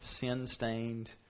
sin-stained